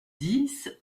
dix